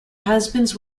husbands